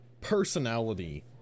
personality